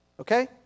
okay